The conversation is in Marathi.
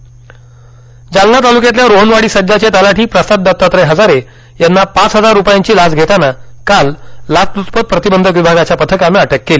जालना जालना ताल्क्यातल्या रोहनवाडी सज्जाचे तलाठी प्रसाद दत्तात्रय हजारे यांना पाच हजार रुपयांची लाच घेताना काल लाचल्चपत प्रतिबंधक विभागाच्या पथकानं अटक केली